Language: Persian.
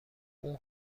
اون